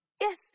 Yes